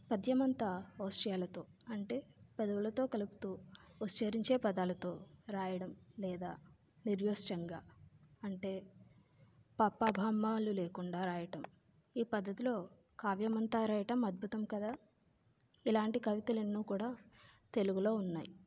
పద్యమంతా ఔష్ట్యాలతో అంటే పెదవులతో కలుపుతు ఉచ్చరించే పదాలతో రాయడం లేదా నిరోష్టంగా అంటే పఫబభమలు లేకుండా రాయడం ఈ పద్ధతిలో కావ్యమంత రాయడం అద్భుతం కదా ఇలాంటి కవితలు ఎన్నో కూడా తెలుగులో ఉన్నాయి